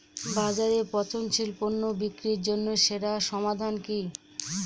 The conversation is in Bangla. বাজারে পচনশীল পণ্য বিক্রির জন্য সেরা সমাধান কি?